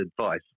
advice